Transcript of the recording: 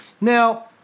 Now